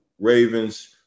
Ravens